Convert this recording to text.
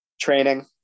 training